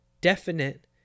definite